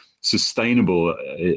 sustainable